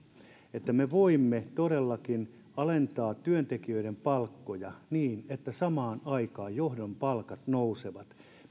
että me voimme todellakin alentaa työntekijöiden palkkoja niin että samaan aikaan johdon palkat nousevat